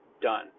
done